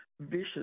vicious